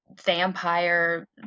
vampire